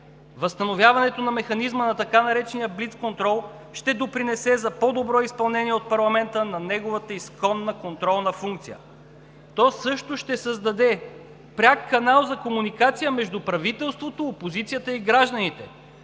възстановяването на механизма на така наречения блицконтрол ще допринесе за по-добро изпълнение от парламента на неговата изконна контролна функция. То също ще създаде пряк канал за комуникация между правителството, опозицията и гражданите,